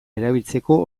erabiltzeko